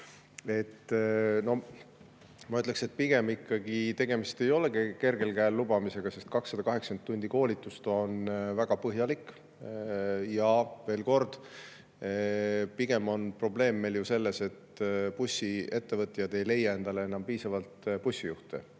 ma ütleksin, et pigem ei ole ikkagi tegemist kergel käel lubamisega, sest 280 tundi koolitust on väga põhjalik. Ja veel kord, pigem on probleem selles, et bussiettevõtjad ei leia endale enam piisavalt bussijuhte.